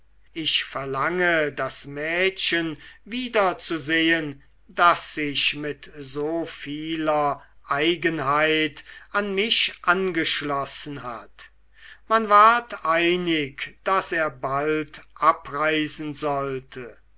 ich verlange das mädchen wiederzusehen das sich mit so vieler eigenheit an mich angeschlossen hat man ward einig daß er bald abreisen sollte